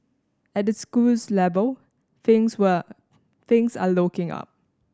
at the schools level things were things rare looking up